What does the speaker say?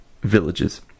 villages